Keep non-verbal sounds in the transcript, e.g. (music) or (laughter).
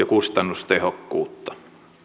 (unintelligible) kustannustehokkuutta